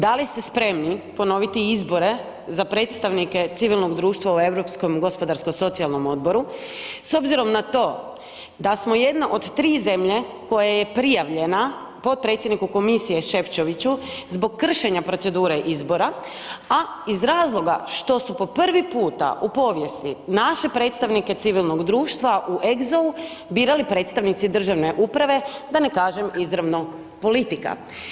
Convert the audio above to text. Da li ste spremni ponoviti izbore za predstavnike civilnog društva u Europskom gospodarsko-socijalnom odboru s obzirom na to da smo jedna od tri zemlje koja je prijavljena potpredsjedniku Komisije Ševčeviću zbog kršenja procedure izbora, a iz razloga što su po prvi puta u povijesti naše predstavnike civilnog društva u EGSO-u birali predstavnici državne uprave da ne kažem izravno politika?